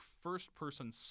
first-person